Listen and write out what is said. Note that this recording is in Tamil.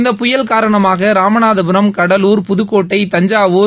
இந்த புயல் காரணமாக ராமநாதபுரம் கடலூர் புதுக்கோட்டை தஞ்சாவூர்